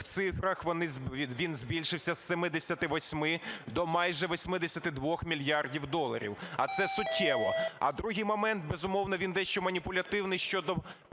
в цифрах він збільшився з 78 до майже 82 мільярдів доларів, а це суттєво. А другий момент. Безумовно, він дещо маніпулятивний щодо